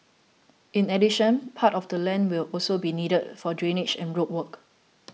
in addition part of the land will also be needed for drainage and road work